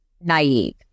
naive